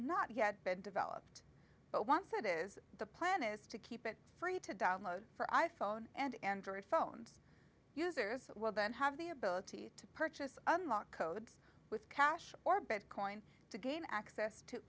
not yet developed but once it is the plan is to keep it free to download for i phone and android phones users will then have the ability to purchase unlock codes with cash or bitcoin to gain access to